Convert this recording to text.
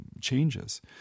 changes